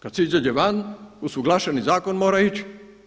Kada se izađe van, usuglašeni zakon mora ići.